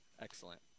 Excellent